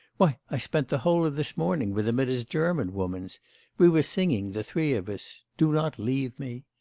why i spent the whole of this morning with him at his german woman's we were singing the three of us do not leave me.